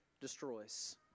destroys